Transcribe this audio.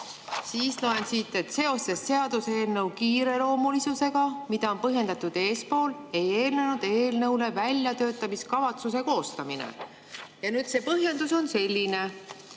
Siis loen siit, et seoses seaduseelnõu kiireloomulisusega, mida on põhjendatud eespool, ei eelnenud eelnõule väljatöötamiskavatsuse koostamist. Ja põhjendus on selline: